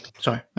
sorry